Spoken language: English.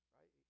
Right